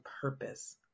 purpose